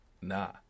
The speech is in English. nah